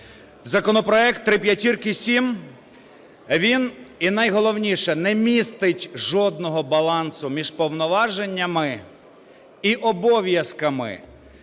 законопроект 5557, він, і найголовніше – не містить жодного балансу між повноваженнями і обов'язками